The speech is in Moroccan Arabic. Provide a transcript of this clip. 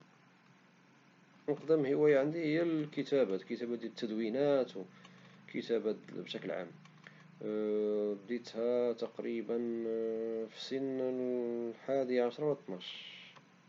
أفضل هواية عندي هي الكتابة ، الكتابة ديال التدوينات والكتابة بشكل عام بديتها تقريبا في سن حضاش أو طناش من عمري.